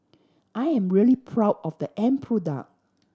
I am really proud of the end product